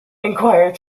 inquired